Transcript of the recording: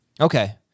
Okay